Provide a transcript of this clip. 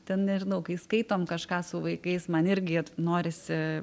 ten nežinau kai skaitom kažką su vaikais man irgi norisi